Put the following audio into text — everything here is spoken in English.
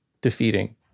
defeating